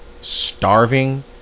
starving